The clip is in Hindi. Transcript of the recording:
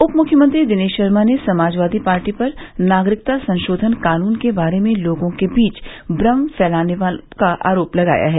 उप मुख्यमंत्री दिनेश शर्मा ने समाजवादी पार्टी पर नागरिकता संशोधन कानून के बारे में लोगों के बीच भ्रम फैलाने का आरोप लगाया है